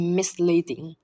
misleading